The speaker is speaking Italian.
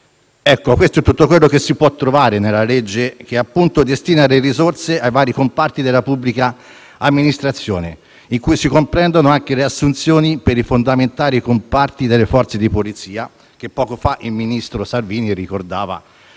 Questo è tutto ciò che si può trovare nella legge che destina risorse a vari comparti della pubblica amministrazione, in cui sono comprese anche le assunzioni per i fondamentali comparti delle Forze di polizia, che poco fa il ministro Salvini ricordava